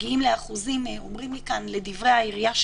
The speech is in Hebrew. לדברי העירייה,